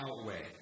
outweigh